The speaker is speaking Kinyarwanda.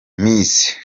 miss